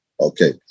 okay